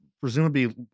presumably